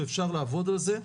ואפשר לעבוד על זה.